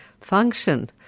function